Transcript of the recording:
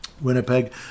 Winnipeg